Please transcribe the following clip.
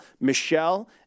Michelle